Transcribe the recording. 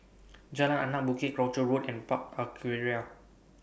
Jalan Anak Bukit Croucher Road and Park Aquaria